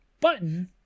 Button